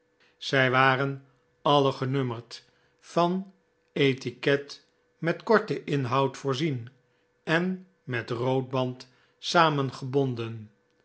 zij waren alle genummerd van etiket met korten inhoud voorzien en met rood band